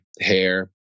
hair